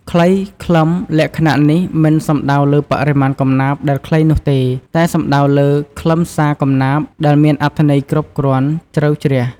ខ្លី-ខ្លឹម លក្ខណៈនេះមិនសំដៅលើបរិមាណកំណាព្យដែលខ្លីនោះទេ តែសំដៅលើខ្លឹមសារកំណាព្យដែលមានន័យគ្រប់គ្រាន់ ជ្រៅជ្រះ។